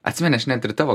atsimeni aš net ir tavo